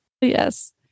Yes